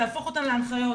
להפוך אותן להנחיות.